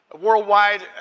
worldwide